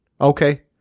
Okay